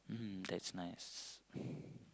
mmhmm that's nice